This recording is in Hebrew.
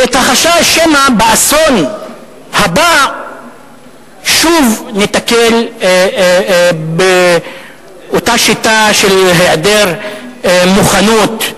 ואת החשש שמא באסון הבא שוב ניתקל באותה שיטה של היעדר מוכנות,